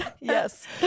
Yes